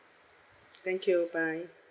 thank you bye